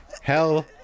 hell